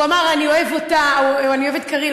הוא אמר: אני אוהב אותה, אני אוהב את קארין.